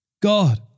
God